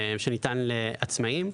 שניתן לעצמאים,